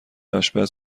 آشپز